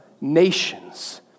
nations